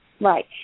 Right